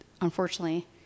unfortunately